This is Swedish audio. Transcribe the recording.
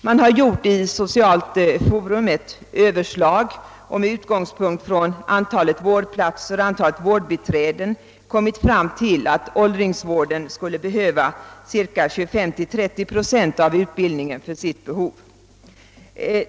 I Socialt Forum har man gjort ett överslag och med utgångspunkt i antalet vårdplatser och vårdbiträden funnit att åldringsvården i själva verket skulle behöva 25—30 procent av utbildningen.